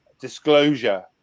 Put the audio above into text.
disclosure